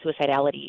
suicidality